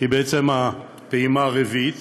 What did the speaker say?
היא בעצם הפעימה הרביעית